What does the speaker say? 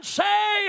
say